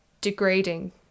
degrading